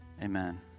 Amen